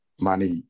money